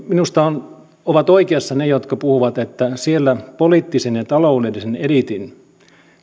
minusta ovat oikeassa ne jotka puhuvat että siellä poliittisen ja taloudellisen eliitin